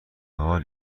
حال